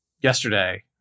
yesterday